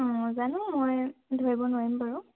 অঁ জানো মই ধৰিব নোৱাৰিম বাৰু